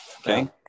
Okay